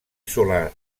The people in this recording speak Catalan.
solar